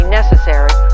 necessary